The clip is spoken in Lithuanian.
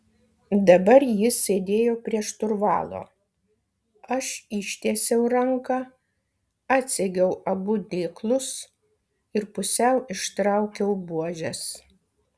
dabar jis sėdėjo prie šturvalo aš ištiesiau ranką atsegiau abu dėklus ir pusiau ištraukiau buožes